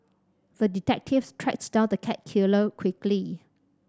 the detective tracked down the cat killer quickly